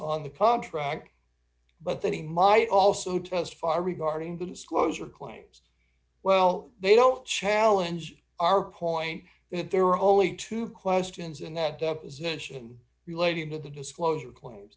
on the contract but that he might also testify regarding the disclosure claims well they don't challenge our point that there are only two questions in that deposition relating to the disclosure claims